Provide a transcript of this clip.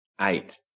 eight